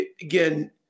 again